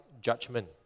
judgment